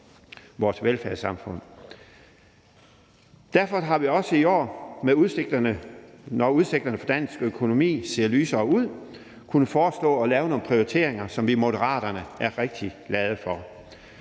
Derfor har vi også i år, når udsigterne for dansk økonomi ser lysere ud, kunnet foreslå at lave nogle prioriteringer, som vi i Moderaterne er rigtig glade for.